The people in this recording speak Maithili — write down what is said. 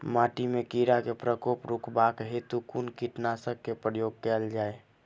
माटि मे कीड़ा केँ प्रकोप रुकबाक हेतु कुन कीटनासक केँ प्रयोग कैल जाय?